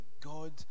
God